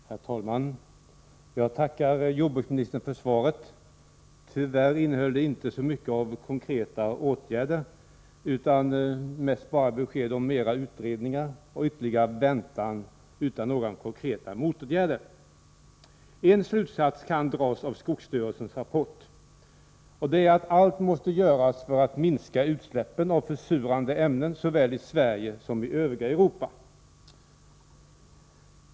Herr talman! Jag tackar jordbruksministern för svaret. Tyvärr innehöll det inte så mycket förslag till vad som kan göras utan mest bara besked om mer utredningar och ytterligare väntan — utan konkreta motåtgärder. En slutsats kan dras av skogsstyrelsens rapport, nämligen att allt måste göras för att minska utsläppen av försurande ämnen såväl i Sverige som i övriga Europa.